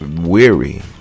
weary